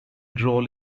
role